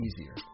easier